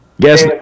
Guess